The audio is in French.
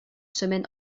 semaine